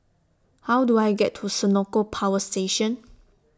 How Do I get to Senoko Power Station